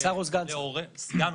לא נמצה את הכול רק ביום ראשון בבוקר.